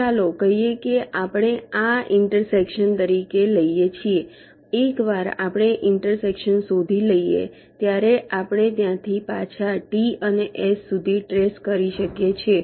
ચાલો કહીએ કે આપણે આને ઇન્ટરસેક્શન તરીકે લઈએ છીએ એકવાર આપણે ઇન્ટરસેક્શન શોધી લઈએ ત્યારે આપણે ત્યાંથી પાછા T અને S સુધી ટ્રેસ કરી શકીએ છીએ